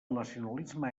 nacionalisme